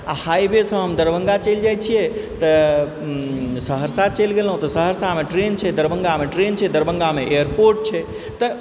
आओर हाइवेसँ हम दरभङ्गा चलि जाइत छियै तऽ सहरसा चलि गेलौं तऽ सहरसामे ट्रेन छै दरभङ्गामे ट्रेन छै दरभङ्गामे एयरपोर्ट छै